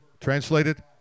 Translated